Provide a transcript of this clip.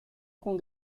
con